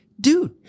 dude